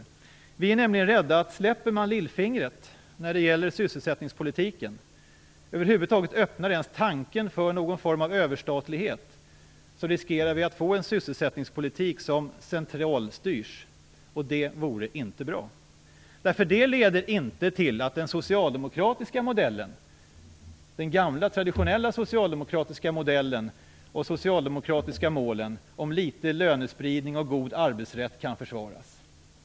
Vi i Miljöpartiet är nämligen rädda för att om man släpper lillfingret när det gäller sysselsättningspolitiken, eller över huvud taget ens öppnar för tanken på någon form av överstatlighet, riskerar vi att få en sysselsättningspolitik som centralstyrs, och det vore inte bra. Det leder inte till att den gamla traditionella socialdemokratiska modellen och de socialdemokratiska målen om liten lönespridning och god arbetsrätt kan försvaras.